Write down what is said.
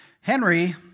Henry